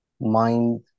mind